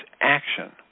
action